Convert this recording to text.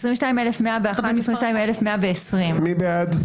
22,101 עד 22,120. מי בעד?